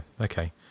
okay